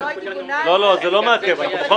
שנה וחצי אני במאבק הזה.